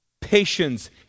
patience